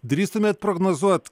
drįstumėt prognozuot